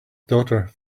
daughter